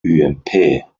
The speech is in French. ump